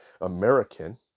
American